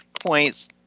points